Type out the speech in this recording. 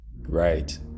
Right